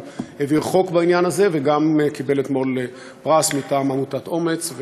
גם העביר חוק בעניין הזה וגם קיבל אתמול פרס מטעם עמותת אומ"ץ,